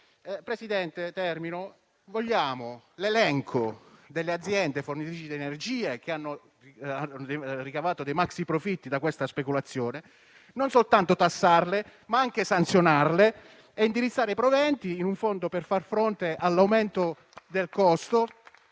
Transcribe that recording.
Presidente, termino: vogliamo l'elenco delle aziende fornitrici di energia che hanno ricavato dei maxi profitti da questa speculazione, non soltanto per tassarle, ma anche per sanzionarle e per indirizzare i proventi in un fondo per far fronte all'aumento del costo,